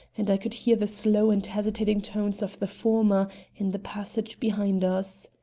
and i could hear the slow and hesitating tones of the former in the passage behind us.